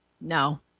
no